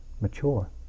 mature